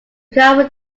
car